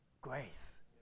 grace